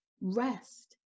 Rest